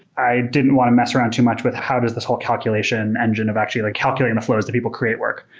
i didn't want to mess around too much with how does this whole calculation engine of actually like calculating the flows that people create work.